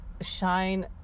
shine